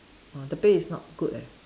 uh the pay is not good eh